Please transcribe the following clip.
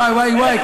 וואי, וואי, וואי.